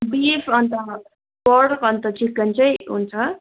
beef अन्त pork अन्त chicken चाहिँ हुन्छ